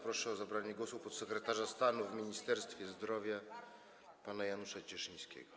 Proszę o zabranie głosu podsekretarza stanu w Ministerstwie Zdrowia pana Janusza Cieszyńskiego.